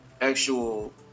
actual